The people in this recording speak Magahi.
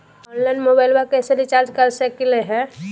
ऑनलाइन मोबाइलबा कैसे रिचार्ज कर सकलिए है?